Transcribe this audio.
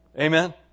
Amen